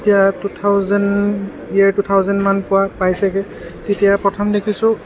এতিয়া two thousand year two থাউজেণ্ডমান পোৱা পাইছেগৈ তেতিয়া প্ৰথম দেখিছোঁ